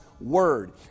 Word